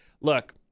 look